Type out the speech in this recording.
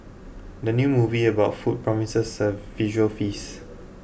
the new movie about food promises a visual feast